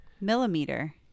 Millimeter